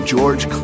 George